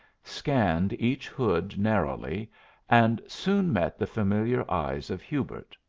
scanned each hood narrowly and soon met the familiar eyes of hubert.